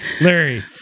Larry